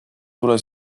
tule